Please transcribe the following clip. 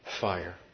fire